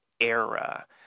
era